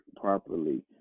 properly